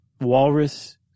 walrus